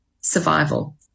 survival